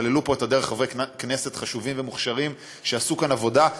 סללו את הדרך חברי כנסת חשובים ומוכשרים שעשו כאן עבודה.